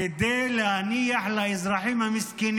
כדי להניח לאזרחים המסכנים